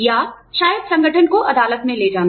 या शायद संगठन को अदालत में ले जाना